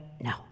no